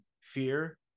fear